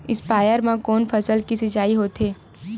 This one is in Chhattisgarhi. स्पीयर म कोन फसल के सिंचाई होथे?